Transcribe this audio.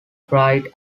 tried